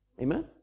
Amen